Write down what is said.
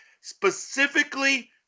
specifically